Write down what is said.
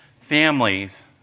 families